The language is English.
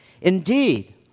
indeed